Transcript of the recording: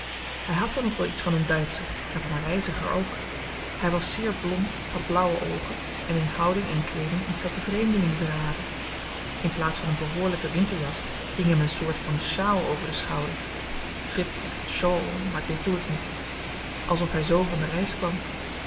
hy had dan ook wel iets van een duitscher en van een reiziger ook hy was zeer blond had blauwe oogen en in houding en kleeding iets dat den vreemdeling verraadde in plaats van een behoorlyken winterjas hing hem een soort van sjaal over den schouder frits zegt shawl maar dit doe ik niet alsof hy zoo van de reis kwam